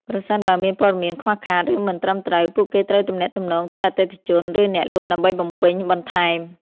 ប្រសិនបើមានព័ត៌មានខ្វះខាត ឬមិនត្រឹមត្រូវ ពួកគេត្រូវទំនាក់ទំនងទៅអតិថិជន ឬអ្នកលក់ដើម្បីបំពេញបន្ថែម។